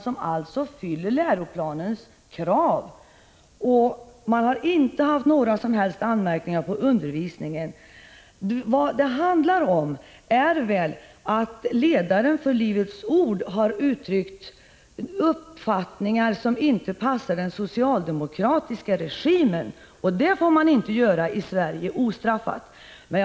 Den uppfyller läroplanens krav, och man har inte haft några som helst anmärkningar på undervisningen. Vad det handlar om är att ledaren för Livets ord har gett uttryck för uppfattningar som inte passar den socialdemokratiska regimen. Det får man inte ostraffat göra i Sverige.